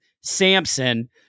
Samson